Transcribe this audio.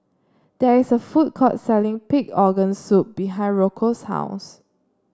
there is a food court selling Pig Organ Soup behind Rocco's house